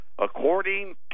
according